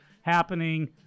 happening